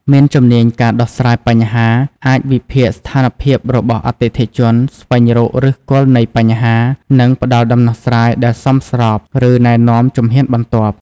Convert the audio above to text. មានជំនាញការដោះស្រាយបញ្ហាអាចវិភាគស្ថានភាពរបស់អតិថិជន ស្វែងរកឫសគល់នៃបញ្ហា និងផ្ដល់ដំណោះស្រាយដែលសមស្រប ឬណែនាំជំហានបន្ទាប់។